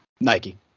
Nike